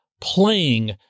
playing